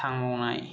दुथां मावनाय